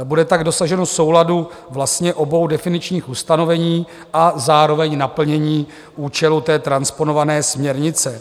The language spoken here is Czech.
Bude tak dosaženo souladu vlastně obou definičních ustanovení a zároveň naplnění účelu transponované směrnice.